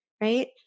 right